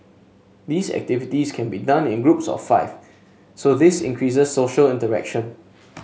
these activities can be done in groups of five so this increases social interaction